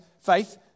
faith